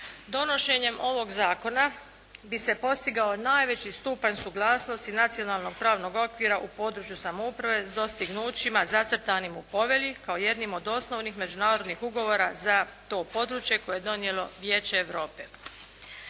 Donošenjem ovog zakona bi se postigao najveći stupanj suglasnosti nacionalnog pravnog okvira u području samouprave s dostignućima zacrtanim u povelji kao jednim od osnovnih međunarodnih ugovora za to područje koje je donijelo Vijeće Europe.